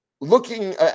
looking